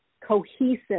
cohesive